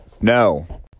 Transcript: No